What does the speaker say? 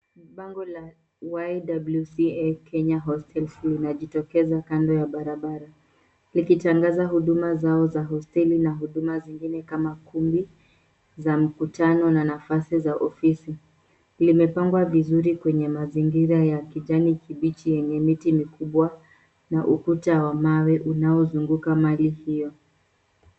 Bango la YWCA Kenya Hostels linajitokeza kando ya barabara, likitangaza huduma zao za hosteli na huduma zingine kama kumbi za mkutano na nafasi za ofisi. Limepangwa vizuri kwenye mazingira ya kijani kibichi yenye miti mikubwa na ukuta wa mawe unaozunguka mali hio.